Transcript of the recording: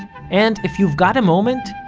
and, if you've got a moment,